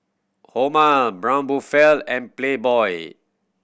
Hormel Braun Buffel and Playboy